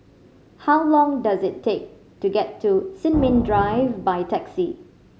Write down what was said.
how long does it take to get to Sin Ming Drive by taxi